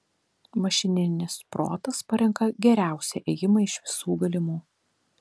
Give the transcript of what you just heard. mašininis protas parenka geriausią ėjimą iš visų galimų